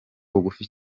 bugufi